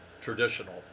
traditional